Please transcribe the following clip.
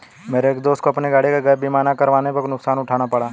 मेरे एक दोस्त को अपनी गाड़ी का गैप बीमा ना करवाने पर नुकसान उठाना पड़ा